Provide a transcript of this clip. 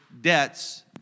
debts